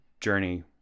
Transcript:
journey